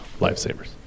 lifesavers